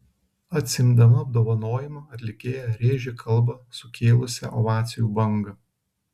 atsiimdama apdovanojimą atlikėja rėžė kalbą sukėlusią ovacijų bangą